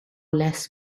less